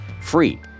free